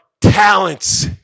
talents